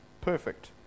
perfect